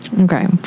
Okay